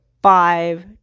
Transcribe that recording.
five